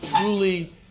truly